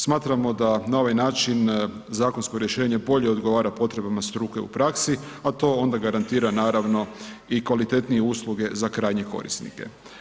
Smatramo da na ovaj način zakonsko rješenje bolje odgovara potrebama struke u praksi, a to onda garantira naravno i kvalitetnije usluge za krajnje korisnike.